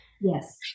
Yes